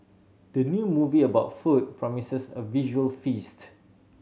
the new movie about food promises a visual feast